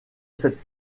cette